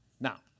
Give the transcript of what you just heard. Now